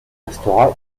restera